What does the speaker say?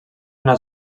una